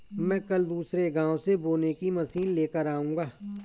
मैं कल दूसरे गांव से बोने की मशीन लेकर आऊंगा